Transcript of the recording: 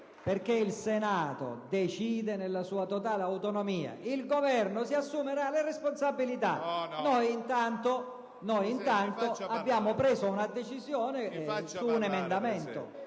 Perché il Senato decide nella sua totale autonomia; il Governo si assumerà le sue responsabilità. Noi intanto abbiamo preso una decisione. *(Commenti